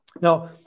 Now